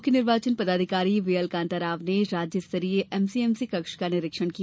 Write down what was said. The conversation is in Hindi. मुख्य निर्वाचन पदाधिकारी व्हीएल कान्ता राव ने कल शाम राज्य स्तरीय एमसीएमसी कक्ष का निरीक्षण किया